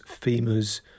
femurs